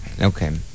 Okay